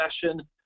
session